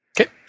Okay